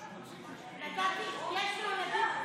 שרן.